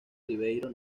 ribeiro